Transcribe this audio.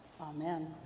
Amen